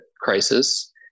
crisis